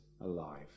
alive